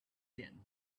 din